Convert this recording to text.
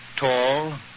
tall